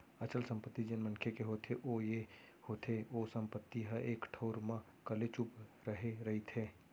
अचल संपत्ति जेन मनखे के होथे ओ ये होथे ओ संपत्ति ह एक ठउर म कलेचुप रहें रहिथे